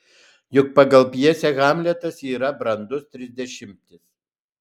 juk pagal pjesę hamletas yra brandus trisdešimtis